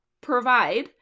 provide